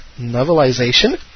novelization